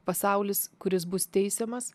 pasaulis kuris bus teisiamas